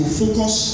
focus